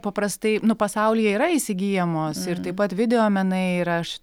paprastai nu pasaulyje yra įsigyjamos ir taip pat videomenai ir aš